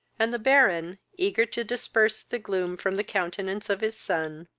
and the baron, eager to disperse the gloom from the countenance of his son,